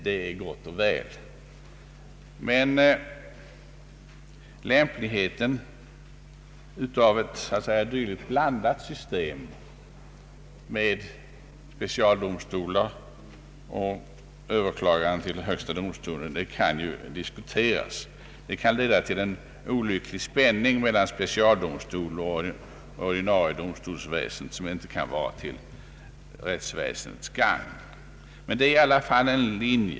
Detta är gott och väl. Men lämpligheten av ett dylikt ”blandat” system med specialdomstolar och överklagande till högsta domstolen kan diskuteras. Det kan leda till en olycklig spänning mellan specialdomstol och ordinarie domstolsväsen, vilket inte kan vara till rättsväsendets gagn. Men det är i alla fall en linje.